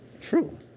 true